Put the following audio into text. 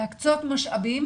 להקצות משאבים